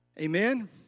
Amen